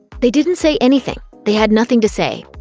they didn't say anything. they had nothing to say.